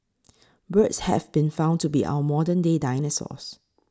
birds have been found to be our modern day dinosaurs